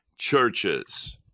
churches